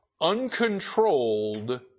Uncontrolled